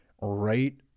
right